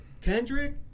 Kendrick